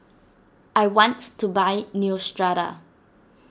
I want to buy Neostrata